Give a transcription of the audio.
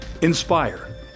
Inspire